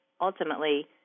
ultimately